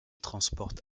transporte